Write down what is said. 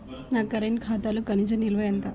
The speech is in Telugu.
నా కరెంట్ ఖాతాలో కనీస నిల్వ ఎంత?